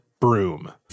broom